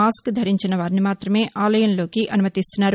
mask ధరించిన వారిని మాత్రమే ఆలయంలోనికి అనుమతినిస్తున్నారు